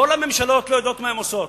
כל הממשלות לא יודעות מה הן עושות,